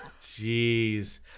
Jeez